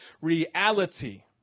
reality